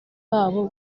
babo